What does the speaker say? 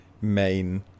main